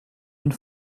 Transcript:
une